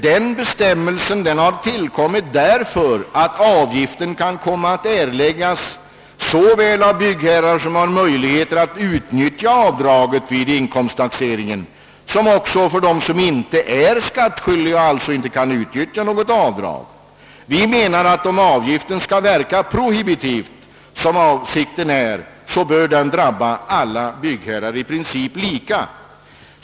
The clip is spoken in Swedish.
Denna bestämmelse har tillkommit därför att avgiften kan komma att erläggas av såväl byggherrar — som har möjligheter att utnyttja avdraget vid inkomsttaxeringen — som av dem som inte är skattskyldiga och alltså inte kan utnyttja avdraget. Vi menar att om avgiften skall verka prohibitivt som avsikten är, bör den i princip drabba alla byggherrar lika.